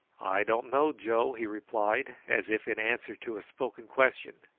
i don't know, joe, he replied, as if in answer to a spoken question.